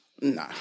Nah